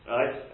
Right